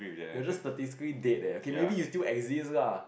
you are just statistically dead eh okay maybe you still exist lah